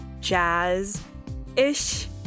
jazz-ish